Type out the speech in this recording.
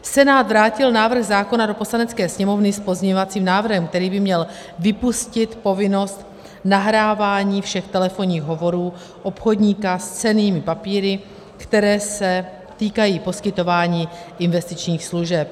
Senát vrátil návrh zákona do Poslanecké sněmovny s pozměňovacím návrhem, který by měl vypustit povinnost nahrávání všech telefonních hovorů obchodníka s cennými papíry, které se týkají poskytování investičních služeb.